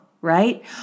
right